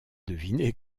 deviner